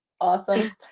awesome